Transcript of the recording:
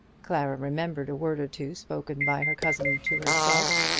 clara remembered a word or two spoken by her cousin to herself,